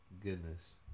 goodness